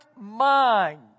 mind